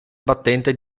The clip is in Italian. battente